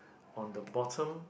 on the bottom